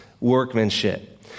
workmanship